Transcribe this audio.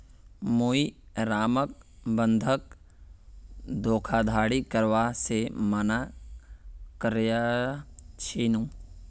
मुई रामक बंधक धोखाधड़ी करवा से माना कर्या छीनु